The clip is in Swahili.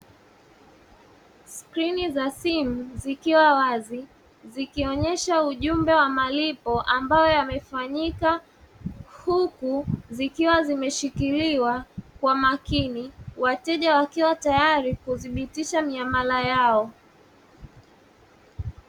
Skrini za simu zikiwa wazi, zikionyesha ujumbe wa malipo ambayo yamefanyika, huku zikiwa zimeshikiliwa kwa makini, wateja wakiwa tayari kuthibitisha miamala yao.